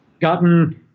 gotten